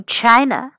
China